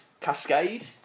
Cascade